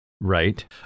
Right